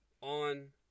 On